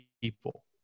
people